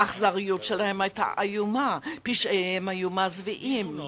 האכזריות שלהם היתה איומה, פשעיהם היו מזוויעים.